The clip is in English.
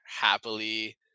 happily